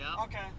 Okay